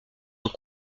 nos